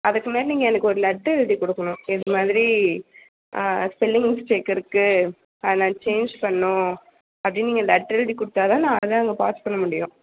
அதுக்கு முன்னாடி நீங்கள் எனக்கு ஒரு லெட்டர் எழுதி கொடுக்குணும் இது மாதிரி ஸ்பெல்லிங் மிஸ்டேக் இருக்குது அதை நான் சேஞ்ச் பண்ணணும் அப்டின்னு நீங்கள் லெட்ரெழுதி கொடுத்தாதான் நான் வந்து அங்கே பாஸ் பண்ண முடியும்